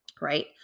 right